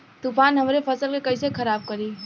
तूफान हमरे फसल के कइसे खराब करी?